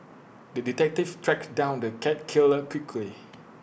the detective tracked down the cat killer quickly